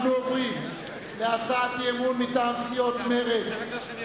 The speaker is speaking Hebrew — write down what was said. אנחנו עוברים להצעת אי-אמון מטעם סיעות מרצ,